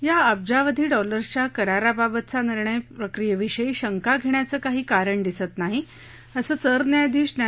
या अब्जावधी डॉलर्सच्या कराराबाबतचा निर्णय प्रक्रियेविषयी शंका घेण्याचं काही कारण दिसत नाही असं सरन्यायाधीश न्या